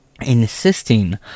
insisting